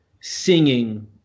singing